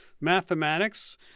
mathematics